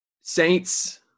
Saints